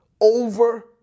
over